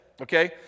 Okay